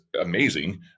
amazing